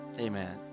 Amen